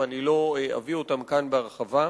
ואני לא אביא אותם כאן בהרחבה.